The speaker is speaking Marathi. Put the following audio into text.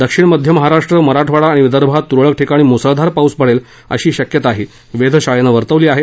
दक्षिण मध्य महाराष्ट्र मराठवाडा आणि विदर्भात तुरळक ठिकाणी मुसळधार पाऊस पडेल अशी शक्यताही वेधशाळेनं वर्तवली आहे